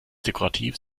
dekorativ